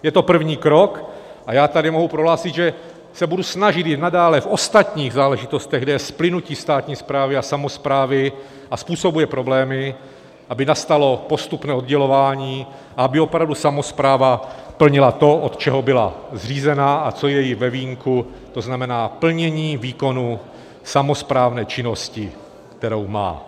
Je to první krok a já tady mohu prohlásit, že se budu snažit i nadále v ostatních záležitostech, kde je splynutí státní správy a samosprávy a způsobuje problémy, aby nastalo postupné oddělování a aby opravdu samospráva plnila to, od čeho byla zřízena a co má ve vínku, to znamená, plnění výkonu samosprávné činnosti, kterou má.